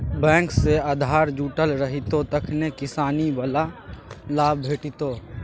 bank सँ आधार जुटल रहितौ तखने किसानी बला लाभ भेटितौ